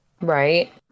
Right